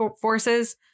forces